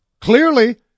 clearly